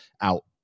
out